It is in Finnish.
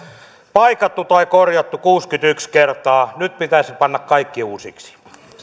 paikattu tai korjattu kuusikymmentäyksi kertaa nyt pitäisi panna kaikki uusiksi